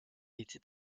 été